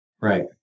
Right